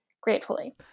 gratefully